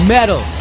Metal